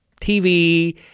TV